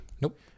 Nope